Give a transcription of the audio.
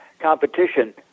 Competition